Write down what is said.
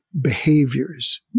behaviors